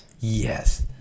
Yes